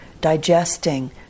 digesting